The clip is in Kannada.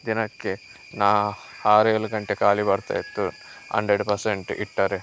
ದಿನಕ್ಕೆ ನಾ ಆರು ಏಳು ಗಂಟೆ ಖಾಲಿ ಬರ್ತಾಯಿತ್ತು ಅಂಡ್ರೆಡ್ ಪರ್ಸೆಂಟ್ ಇಟ್ಟರೆ